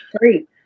Three